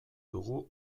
dugu